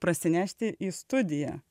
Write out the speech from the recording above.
parsinešti į studiją